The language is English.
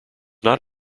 not